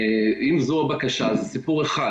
אם זו הבקשה זה סיפור אחד.